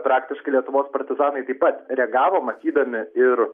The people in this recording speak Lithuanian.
praktiškai lietuvos partizanai taip pat reagavo matydami ir